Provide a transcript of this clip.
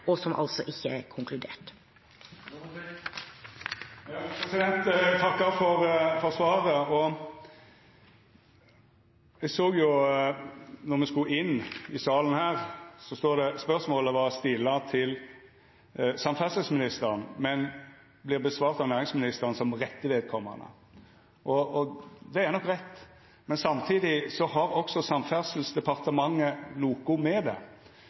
altså ikke konkludert. Eg takkar for svaret. Eg såg då me skulle inn i salen her, at spørsmålet som vart stila til samferdselsministeren, «vil bli besvart av næringsministeren som rette vedkommende». Det er nok rett, men samtidig har også Samferdselsdepartementet noko med det